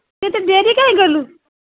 ତୁ ଏତେ ଡେରି କାଇଁ କଲୁ